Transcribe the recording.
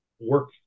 work